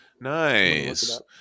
Nice